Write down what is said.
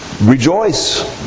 rejoice